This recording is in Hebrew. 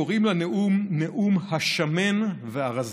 קוראים לנאום: נאום השמן והרזה.